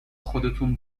خودتون